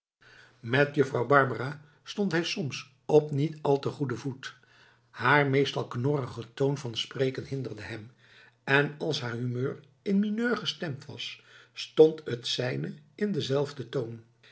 met juffrouw barbara stond hij soms op niet al te goeden voet haar meestal knorrige toon van spreken hinderde hem en als haar humeur in mineur gestemd was stond het zijne in denzelfden toon